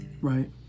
Right